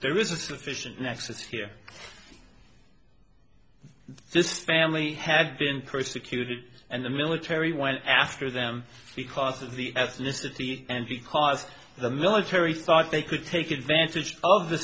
there is a sufficient nexus here this family had been persecuted and the military went after them because of the ethnicity and because the military thought they could take advantage of the